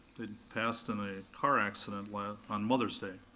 they passed in a car accident on mother's day.